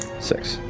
six.